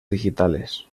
digitales